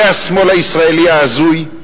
זה השמאל הישראלי ההזוי,